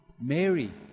Mary